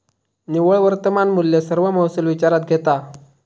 निव्वळ वर्तमान मुल्य सर्व महसुल विचारात घेता